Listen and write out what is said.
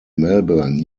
melbourne